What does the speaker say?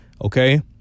Okay